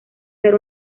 ser